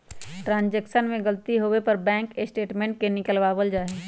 transaction में गलती होवे पर बैंक स्टेटमेंट के निकलवावल जा हई